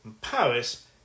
Paris